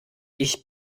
ich